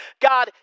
God